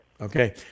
Okay